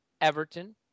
Everton